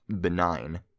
benign